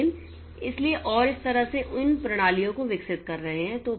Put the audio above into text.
लेकिन इसलिए और इस तरह से उन प्रणालियों को विकसित कर रहे हैं